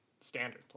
standard